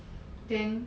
then